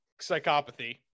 psychopathy